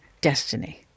destiny